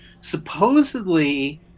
Supposedly